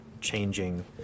changing